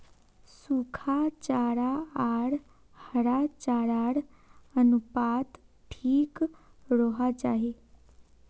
सुखा चारा आर हरा चारार अनुपात ठीक रोह्वा चाहि